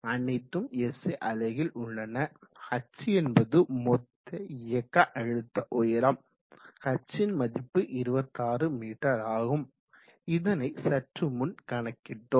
அனைத்தும் SI அலகில் உள்ளன h என்பது மொத்த இயக்க அழுத்த உயரம் hன்மதிப்பு 26 மீ ஆகும் இதனை சற்று முன் கணக்கிட்டோம்